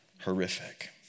horrific